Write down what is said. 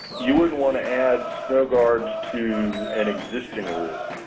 you wouldn't want to add snow guards to an existing roof.